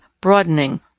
broadening